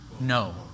No